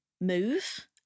move